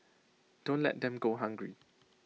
don't let them go hungry